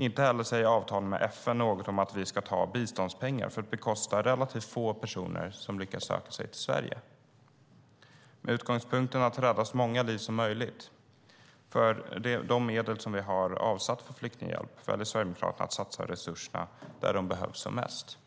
Inte heller säger avtalen med FN något om att vi ska ta biståndspengar för att bekosta de relativt få personer som lyckas söka sig till Sverige. Med utgångspunkten att rädda så många liv som möjligt för de medel som vi har avsatt för flyktinghjälp väljer Sverigedemokraterna att satsa resurserna där de behövs som mest,